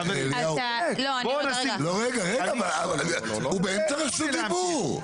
חברים, הוא באמצע רשות דיבור.